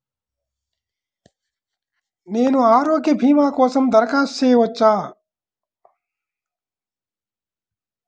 నేను ఆరోగ్య భీమా కోసం దరఖాస్తు చేయవచ్చా?